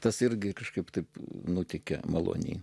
tas irgi kažkaip taip nutikę maloniai